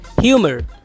humor